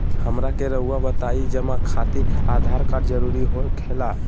हमरा के रहुआ बताएं जमा खातिर आधार कार्ड जरूरी हो खेला?